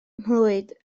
nghlwyd